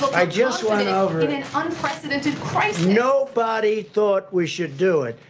i just went over in an unprecedented crisis? nobody thought we should do it,